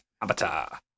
Avatar